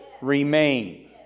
remain